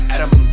Adam